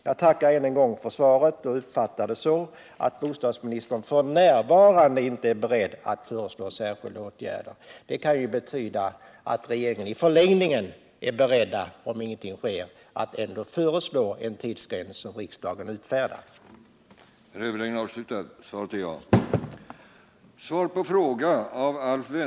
Jag tackar än en gång för svaret och uppfattar det så, att bostadsministern f.n. inte är beredd att föreslå särskilda åtgärder. Det kan ju betyda att regeringen längre fram är beredd att, om ingenting sker, föreslå en tidsgräns som riksdagen sedan har att fatta beslut om.